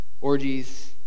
orgies